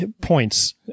points